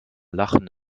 lachen